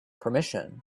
permission